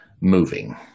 moving